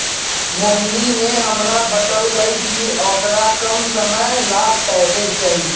मोहिनी ने हमरा बतल कई कि औकरा कम समय ला पैसे चहि